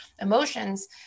emotions